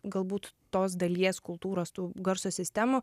galbūt tos dalies kultūros tų garso sistemų